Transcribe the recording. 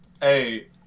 Hey